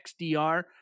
XDR